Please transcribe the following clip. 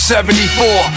74